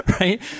right